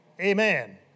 Amen